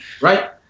right